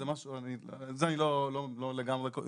זה לא מכובד.